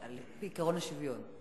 על-פי עקרון השוויון.